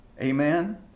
amen